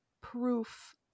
proof